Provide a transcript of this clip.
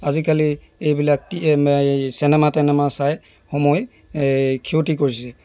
আজিকালি এইবিলাক টি এই চিনেমা টেনেমা চাই সময় এই ক্ষতি কৰিছে